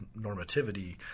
normativity